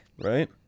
Right